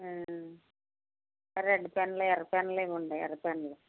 red పెన్నులు ఎర్ర పెన్నులు ఇవ్వండి ఎర్ర పెన్నులు